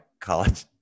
college